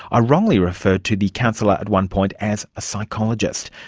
i wrongfully referred to the counsellor at one point as a psychologist.